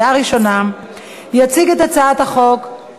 עברה בקריאה ראשונה ותועבר לוועדת החוקה,